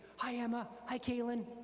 hi emma, hi kaylin.